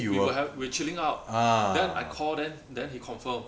we were hav~ we were chilling out then I call then then he confirm